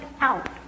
out